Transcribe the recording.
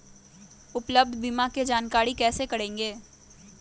उपलब्ध बीमा के जानकारी कैसे करेगे?